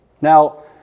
Now